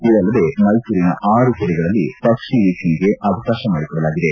ಇದಲ್ಲದೆ ಮೈಸೂರಿನ ಆರು ಕೆರೆಗಳಲ್ಲಿ ಪಕ್ಷಿ ವೀಕ್ಷಣೆಗೆ ಅವಕಾಶ ಮಾಡಿಕೊಡಲಾಗಿದೆ